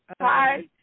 Hi